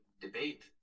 debate